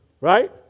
right